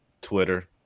Twitter